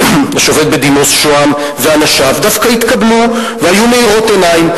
השופט בדימוס שהם ואנשיו דווקא התקבלו והיו מאירות עיניים.